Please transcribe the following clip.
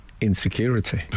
insecurity